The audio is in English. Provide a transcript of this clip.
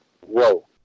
Whoa